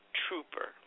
trooper